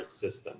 system